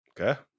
Okay